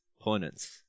opponents